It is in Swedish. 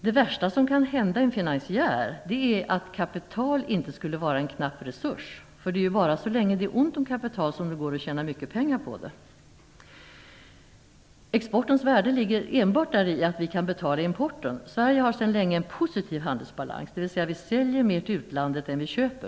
Det värsta som kan hända en finansiär är att kapital inte skulle vara en knapp resurs. Det är ju bara så länge det är ont om kapital som det går att tjäna mycket pengar på det. Exportens värde ligger enbart däri att vi kan betala importen. Sverige har sedan länge en positiv handelsbalans, dvs. vi säljer mer till utlandet än vi köper.